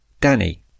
Danny